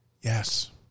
Yes